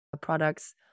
products